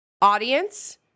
Audience